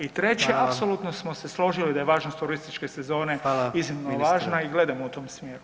I treće [[Upadica: Hvala]] apsolutno smo se složili da je važnost turističke sezone [[Upadica: Hvala ministre]] iznimno važna i gledamo u tom smjeru.